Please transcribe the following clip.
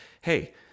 hey